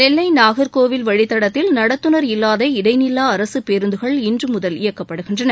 நெல்லை நாகர்கோவில் வழித்தடத்தில் நடத்துனர் இல்லாத இடைநில்லா அரசுப்பேருந்துகள் இன்று முதல் இயக்கப்படுகின்றன